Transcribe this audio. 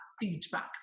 feedback